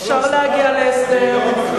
אפשר להגיע להסדר, לא